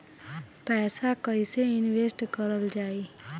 पैसा कईसे इनवेस्ट करल जाई?